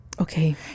Okay